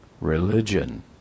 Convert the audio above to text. religion